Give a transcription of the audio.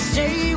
Stay